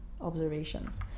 observations